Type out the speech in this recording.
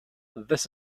this